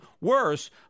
worse